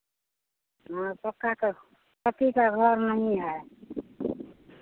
हाँ सबका क पक्की का है घर नहीं है